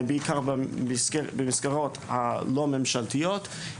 בעיקר במסגרות הלא ממשלתיות,